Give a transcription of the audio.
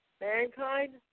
Mankind